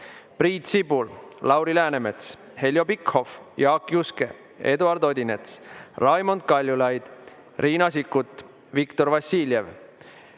Priit Sibul, Lauri Läänemets, Heljo Pikhof, Jaak Juske, Eduard Odinets, Raimond Kaljulaid, Riina Sikkut, Viktor Vassiljev,